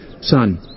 Son